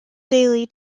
daily